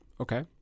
Okay